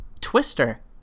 Twister